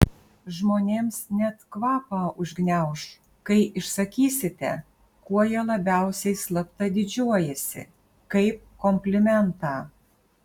žmonėms net kvapą užgniauš kai išsakysite kuo jie labiausiai slapta didžiuojasi kaip komplimentą